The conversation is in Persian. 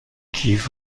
کیف